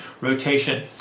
rotation